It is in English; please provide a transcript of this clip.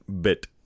bit